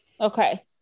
Okay